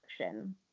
action